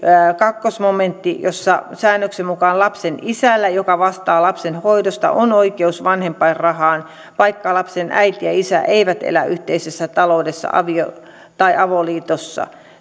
toinen momentti jossa säännöksen mukaan lapsen isällä joka vastaa lapsen hoidosta on oikeus vanhempainrahaan vaikka lapsen äiti ja isä eivät elä yhteisessä taloudessa avio tai avoliitossa